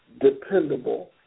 dependable